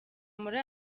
muri